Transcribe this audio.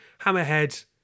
Hammerhead